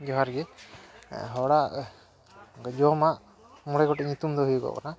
ᱡᱚᱦᱟᱨ ᱜᱮ ᱦᱚᱲᱟᱜ ᱡᱚᱢᱟᱜ ᱢᱚᱬᱮ ᱜᱚᱴᱮᱡ ᱧᱩᱛᱩᱢ ᱫᱚ ᱦᱩᱭᱩᱜᱚᱜ ᱠᱟᱱᱟ